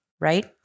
right